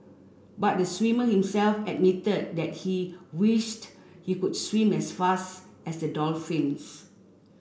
but the swimmer himself admitted that he wished he could swim as fast as the dolphins